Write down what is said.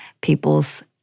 people's